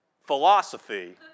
philosophy